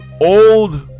old